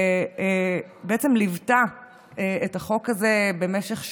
וליוותה את החוק הזה במשך שנים,